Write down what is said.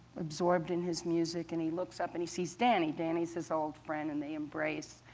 absorbed in his music. and he looks up and he sees danny. danny's his old friend, and they embrace.